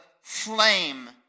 flame